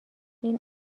این